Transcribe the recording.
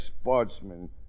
sportsman